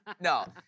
no